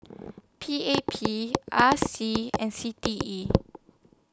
P A P R C and C T E